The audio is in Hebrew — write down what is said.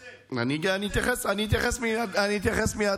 חבר הכנסת סער, אתה רצית בפעם הקודמת,